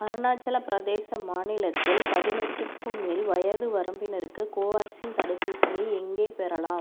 அருணாச்சல பிரதேச மாநிலத்தில் பதினெட்டுக்கும் மேல் வயது வரம்பினருக்கு கோவேக்சின் தடுப்பூசியை எங்கே பெறலாம்